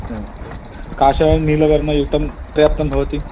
एवं चेत् काषायनीलवर्णयुतं प्रेर्तं भवति